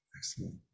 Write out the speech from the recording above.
Excellent